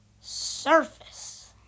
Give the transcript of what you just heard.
surface